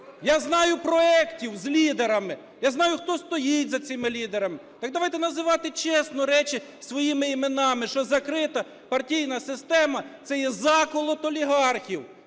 Я знаю проектів з лідерами, я знаю, хто стоїть за цими лідерами. Так давайте називати чесно речі своїми іменами, що закрита партійна система – це є заколот олігархів.